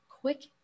quick